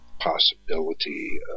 possibility